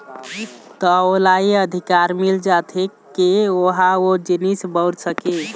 त ओला ये अधिकार मिल जाथे के ओहा ओ जिनिस बउर सकय